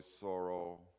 sorrow